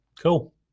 Cool